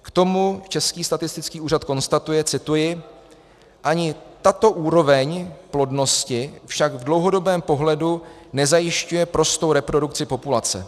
K tomu Český statistický úřad konstatuje cituji: Ani tato úroveň plodnosti však v dlouhodobém pohledu nezajišťuje prostou reprodukci populace.